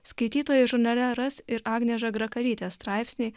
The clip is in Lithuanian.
skaitytojai žurnale ras ir agnės žagrakalytės straipsnį